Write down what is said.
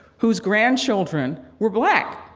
whose grandchildren were black,